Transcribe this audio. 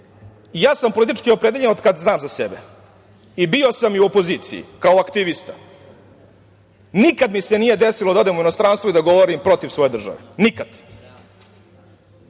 Ja sam politički opredeljen od kada znam za sebe i bio sam u opoziciji, kao aktivista, nikada mi se nije desilo da odemo u inostranstvo i da govorim protiv svoje države, nikada.